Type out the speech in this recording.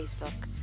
Facebook